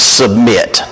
submit